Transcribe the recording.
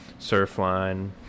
Surfline